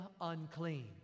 unclean